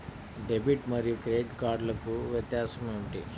Debit మరియు credit కార్డ్లకు వ్యత్యాసమేమిటీ?